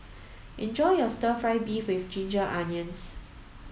enjoy your stir fry beef with ginger onions